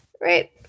right